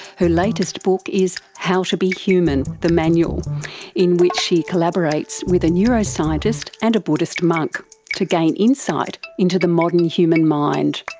her latest book is how to be human the manual in which she collaborates with a neuroscientist and a buddhist monk to gain insight into the modern human mind.